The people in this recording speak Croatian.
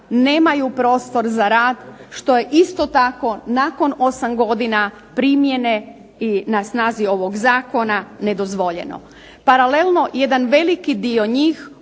nemaju prostor za rad što je isto tako nakon 8 godina primjene i na snazi ovog zakona nedozvoljeno. Paralelno jedan veliki dio njih